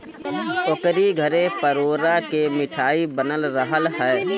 ओकरी घरे परोरा के मिठाई बनल रहल हअ